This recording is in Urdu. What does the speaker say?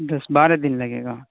دس بارہ دن لگے گا